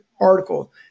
article